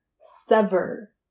sever